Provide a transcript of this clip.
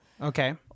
Okay